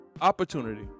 opportunity